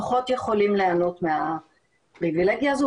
פחות יכולים ליהנות מהפריבילגיה הזאת,